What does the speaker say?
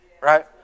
right